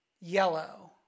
Yellow